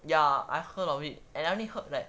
ya I heard of it and I only heard that